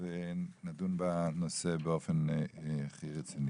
נדון בנושא באופן הכי רציני.